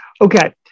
okay